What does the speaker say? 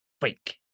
fake